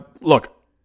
Look